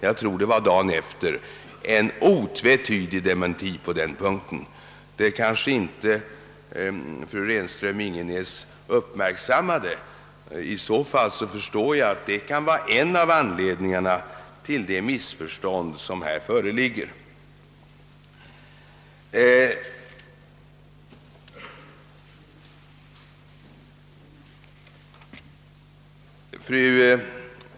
Jag tror att den infördes redan dagen därpå. Detta kanske inte uppmärksammades av fru Renström-Ingenäs, och jag förstår att det i så fall kan vara en av anledningarna till de missförstånd som föreligger i detta avseende.